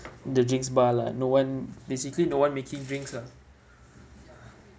the drinks bar lah no one basically no one making drinks lah